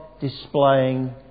displaying